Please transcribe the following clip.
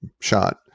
shot